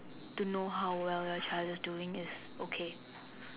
to know how well a child is doing is okay